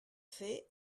fer